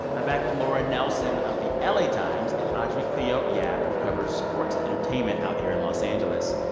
i'm back with laura nelson of the ah la times and audrey cleo yap, who covers sports and entertainment out here in los angeles.